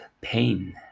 pain